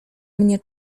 mnie